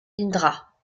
indra